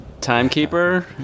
Timekeeper